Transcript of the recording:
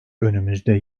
önümüzde